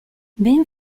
ben